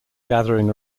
gathering